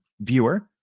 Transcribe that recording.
viewer